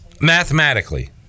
mathematically